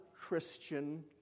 Christian